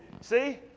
See